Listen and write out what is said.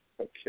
Okay